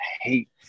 hate